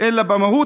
אלא במהות,